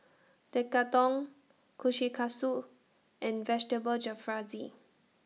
Tekkadon Kushikatsu and Vegetable Jalfrezi